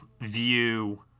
view